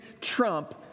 trump